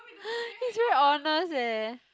he's very honest eh